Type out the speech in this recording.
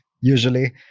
usually